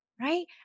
right